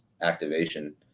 activation